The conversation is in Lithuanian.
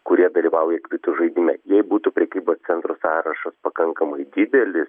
kurie dalyvauja kvitų žaidime jei būtų prekybos centrų sąrašas pakankamai didelis